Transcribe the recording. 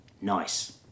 nice